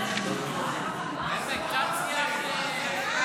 מה זה השפה הזאת?